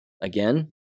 Again